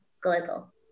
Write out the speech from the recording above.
global